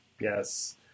Yes